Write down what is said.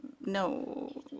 no